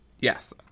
Yes